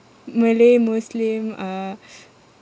malay muslim uh